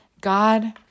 God